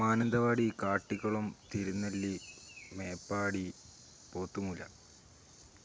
Mananthavady Kattikkulam Thirunelli Meppadi Pothumoola